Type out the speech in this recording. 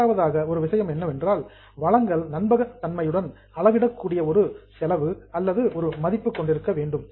இரண்டாவதாக ஒரு விஷயம் என்னவென்றால் வளங்கள் நம்பகத்தன்மையுடன் அளவிடக்கூடிய ஒரு செலவு அல்லது ஒரு மதிப்பை கொண்டிருக்க வேண்டும்